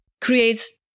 creates